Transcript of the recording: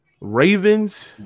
Ravens